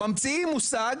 ממציאים מושג